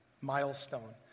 milestone